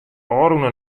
ôfrûne